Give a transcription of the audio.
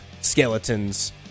skeletons